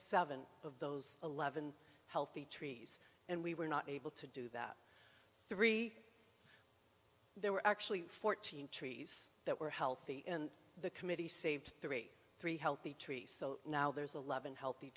seven of those eleven healthy trees and we were not able to do that three there were actually fourteen trees that were healthy and the committee saved three three healthy tree so now there's a love and healthy